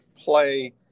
play